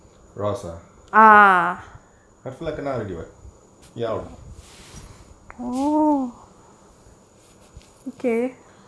rosak reflect ah already [what] ya out